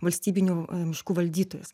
valstybinių miškų valdytojus